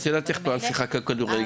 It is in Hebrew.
את יודעת איך שיחקנו כדורגל בעבר?